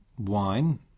Wine